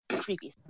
Creepy